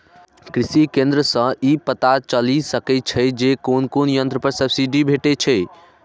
कृषि केंद्र सं ई पता चलि सकै छै जे कोन कोन यंत्र पर सब्सिडी भेटै छै